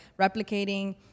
replicating